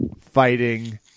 fighting